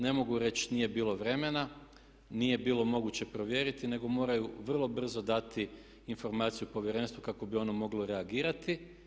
Ne mogu reći nije bilo vremena, nije bilo moguće provjeriti nego moraju vrlo brzo dati informaciju Povjerenstvu kako bi ono moglo reagirati.